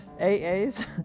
AAs